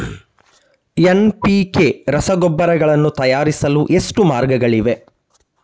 NPK ರಸಗೊಬ್ಬರಗಳನ್ನು ತಯಾರಿಸಲು ಎಷ್ಟು ಮಾರ್ಗಗಳಿವೆ?